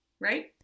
right